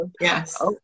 Yes